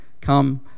come